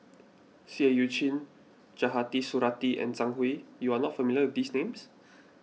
Seah Eu Chin Khatijah Surattee and Zhang Hui you are not familiar with these names